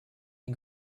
les